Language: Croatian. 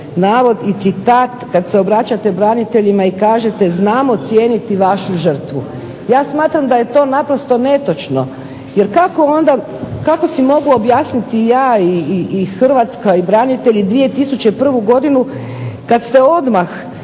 i citat kad se obraćate braniteljima i kažete znamo cijeniti vašu žrtvu. Ja smatram da je to naprosto netočno, jer kako onda, kako si mogu objasniti ja i Hrvatska i branitelji 2001. godinu kad ste odmah